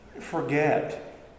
forget